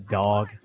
dog